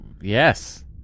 Yes